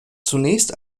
zunächst